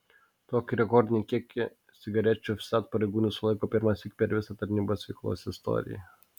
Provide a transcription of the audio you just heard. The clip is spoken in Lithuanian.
tokį rekordinį kiekį cigarečių vsat pareigūnai sulaiko pirmąsyk per visą tarnybos veiklos istoriją